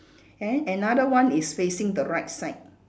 and then another one is facing the right side